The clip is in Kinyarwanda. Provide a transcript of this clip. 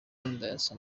politike